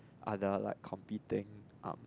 other like competing um